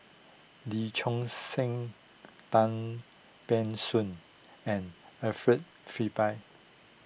Lee Choon Seng Tan Ban Soon and Alfred Frisby